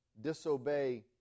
disobey